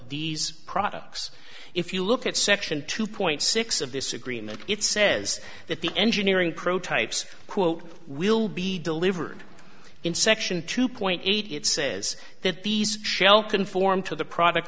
these products if you look at section two point six of this agreement it says that the engineering prototypes quote will be delivered in section two point eight it says that these shell conform to the product